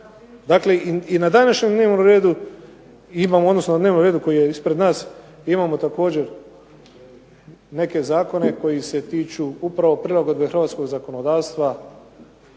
Dakle, i na današnjem dnevnom redu koji je ispred nas imamo također neke zakone koji si tiču upravo prilagodbe hrvatskog zakonodavstva